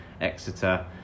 Exeter